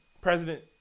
President